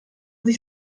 sich